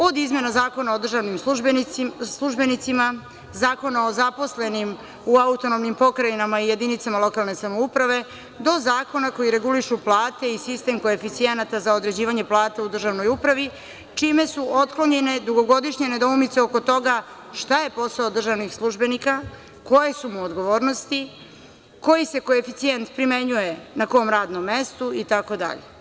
Od izmena Zakona o državnim službenicima, Zakona o zaposlenim u AP i jedinicama lokalne samouprave do zakona koji regulišu plate i sistem koeficijenata za određivanje plate u državnoj upravi čime su otklonjene dugogodišnje nedoumice oko toga šta je posao državnih službenika, koje su mu odgovornosti, koji se koeficijent primenjuje na kom radnom mestu, itd.